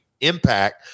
Impact